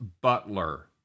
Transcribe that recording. Butler